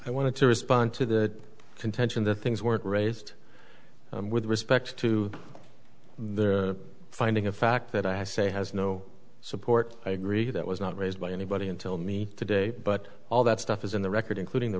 i want to respond to that contention that things weren't raised with respect to the finding of fact that i say has no support i agree that was not raised by anybody until me today but all that stuff is in the record including the